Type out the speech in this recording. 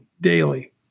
daily